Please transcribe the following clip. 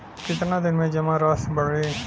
कितना दिन में जमा राशि बढ़ी?